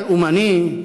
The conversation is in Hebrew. השד הלאומני,